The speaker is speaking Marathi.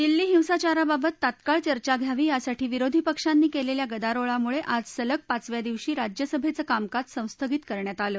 दिल्ली हिंसाचाराबाबत तात्काळ चर्चा घ्यावी यासाठी विरोधी पक्षांनी केलेल्या गदारोळामुळे आज सलग पाचव्या दिवशी राज्यसभेचं कामकाज संस्थगित करण्यात आलं